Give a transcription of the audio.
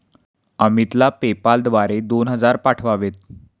अमितला पेपाल द्वारे दोन हजार पाठवावेत